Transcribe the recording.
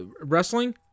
wrestling